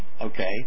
Okay